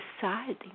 deciding